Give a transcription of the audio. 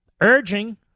urging